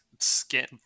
skin